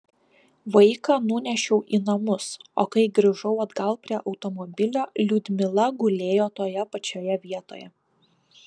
vaiką nunešiau į namus o kai grįžau atgal prie automobilio liudmila gulėjo toje pačioje vietoje